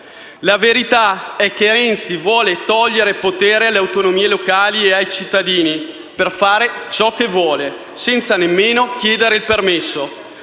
La verità è che Renzi vuole togliere potere alle autonomie locali e ai cittadini per fare ciò che vuole, senza nemmeno chiedere il permesso.